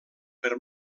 per